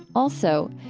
also,